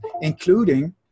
including